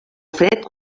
fred